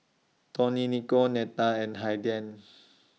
Dionicio Netta and Haiden